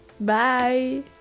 Bye